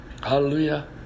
Hallelujah